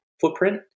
footprint